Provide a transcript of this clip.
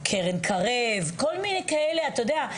קרן קרב, כל מיני כאלה, אתה יודע.